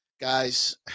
Guys